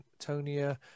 Antonia